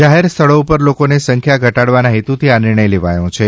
જાહેર સ્થળો ઉપર લોકોની સંખ્યા ઘટાડવાના હેતુથી આ નિર્ણય લેવાયો છે